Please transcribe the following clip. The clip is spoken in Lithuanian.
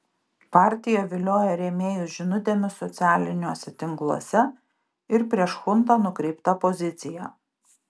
partija vilioja rėmėjus žinutėmis socialiniuose tinkluose ir prieš chuntą nukreipta pozicija